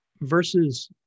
versus